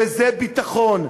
וזה ביטחון.